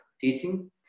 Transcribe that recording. teaching